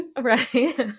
Right